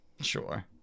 sure